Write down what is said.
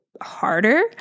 harder